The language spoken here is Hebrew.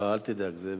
לא, אל תדאג, זה בסדר.